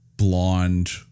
blonde